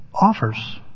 offers